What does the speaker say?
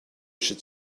should